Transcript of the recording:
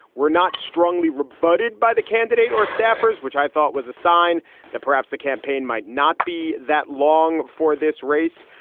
we're not strongly rebutted by the candidate or staffers, which i thought was a sign that perhaps the campaign might not be that long for this race.